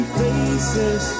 faces